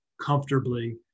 comfortably